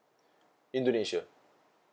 indonesia